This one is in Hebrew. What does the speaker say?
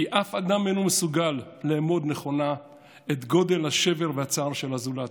כי אף אדם אינו מסוגל לאמוד נכונה את גודל השבר והצער של הזולת,